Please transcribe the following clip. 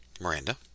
Miranda